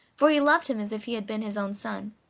for he loved him as if he had been his own son.